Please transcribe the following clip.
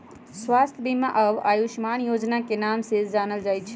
स्वास्थ्य बीमा अब आयुष्मान योजना के नाम से जानल जाई छई